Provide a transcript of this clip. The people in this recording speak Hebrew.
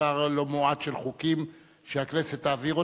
מספר לא מועט של חוקים שהכנסת תעביר.